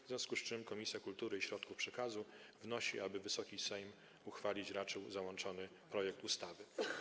W związku z tym Komisja Kultury i Środków Przekazu wnosi, aby Wysoki Sejm uchwalić raczył załączony projekt uchwały.